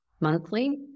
monthly